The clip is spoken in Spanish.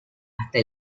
hasta